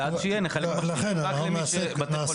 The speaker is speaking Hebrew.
ואז שנחלק מכשירים רק לבתי חולים על.